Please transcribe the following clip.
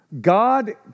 God